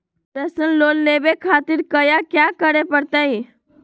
Personal loan लेवे खातिर कया क्या करे पड़तइ?